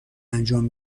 انجام